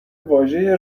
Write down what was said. واژه